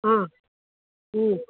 ಹಾಂ ಹ್ಞೂ